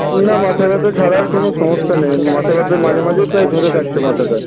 না মাথাব্যথা ছাড়া আর কোনো সমস্যা নেই মাথাব্যথা মাঝে মাঝেই প্রায় ধরে থাকছে মাথাটা